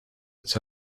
its